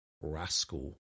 rascal